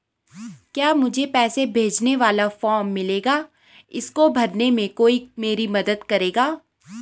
क्या मुझे पैसे भेजने वाला फॉर्म मिलेगा इसको भरने में कोई मेरी मदद करेगा?